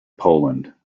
poland